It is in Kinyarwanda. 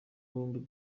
bombi